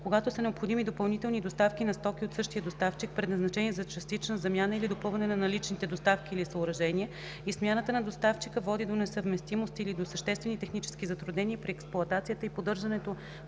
когато са необходими допълнителни доставки на стоки от същия доставчик, предназначени за частична замяна или допълване на наличните доставки или съоръжения, и смяната на доставчика води до несъвместимост или до съществени технически затруднения при експлоатацията и поддържането